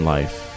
Life